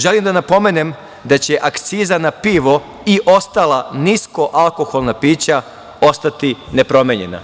Želim da napomenem da će akciza na pivo i ostala nisko alkoholna pića ostati nepromenjena.